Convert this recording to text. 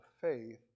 faith